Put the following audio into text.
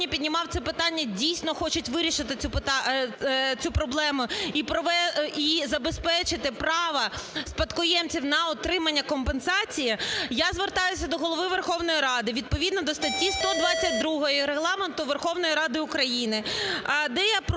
піднімав це питання, дійсно хочуть вирішити цю проблему і забезпечити право спадкоємців на отримання компенсації, я звертаюся до Голови Верховної Ради відповідно до статті 122 Регламенту Верховної Ради України, де я прошу вас,